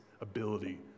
ability